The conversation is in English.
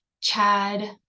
Chad